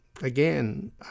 Again